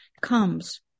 comes